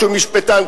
שהוא משפטן,